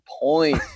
point